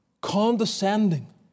condescending